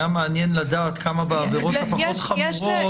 היה מעניין לדעת כמה בעבירות הפחות חמורות.